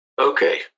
Okay